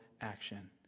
action